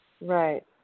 Right